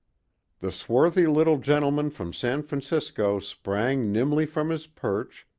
the swarthy little gentleman from san francisco sprang nimbly from his perch,